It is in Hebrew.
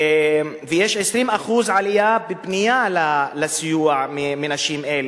ויש 20% עלייה בפנייה לסיוע של נשים אלה.